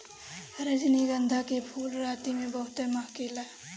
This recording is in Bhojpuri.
रजनीगंधा के फूल राती में बहुते महके ला